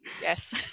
yes